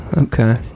Okay